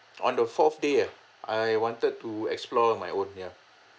on the fourth day ah I wanted to explore my own ya